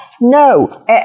No